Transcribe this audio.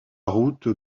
route